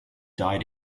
died